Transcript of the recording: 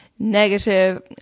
negative